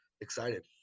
excited